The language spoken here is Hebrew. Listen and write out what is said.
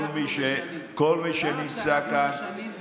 כל מי שנמצא כאן,